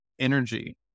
energy